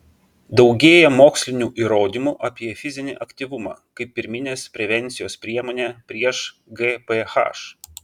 daugėja mokslinių įrodymų apie fizinį aktyvumą kaip pirminės prevencijos priemonę prieš gph